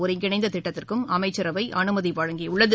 ஒருங்கிணைந்த திட்டத்திற்கும் அமைச்சரவை அனுமதி வழங்கியுள்ளது